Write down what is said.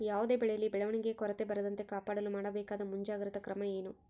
ಯಾವುದೇ ಬೆಳೆಯಲ್ಲಿ ಬೆಳವಣಿಗೆಯ ಕೊರತೆ ಬರದಂತೆ ಕಾಪಾಡಲು ಮಾಡಬೇಕಾದ ಮುಂಜಾಗ್ರತಾ ಕ್ರಮ ಏನು?